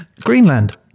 Greenland